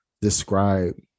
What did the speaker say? describe